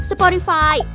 Spotify